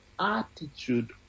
attitude